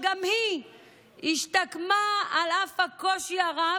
שגם היא השתקמה על אף הקושי הרב.